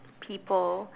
people